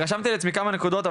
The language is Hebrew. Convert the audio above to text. רשמתי לעצמי כמה נקודות,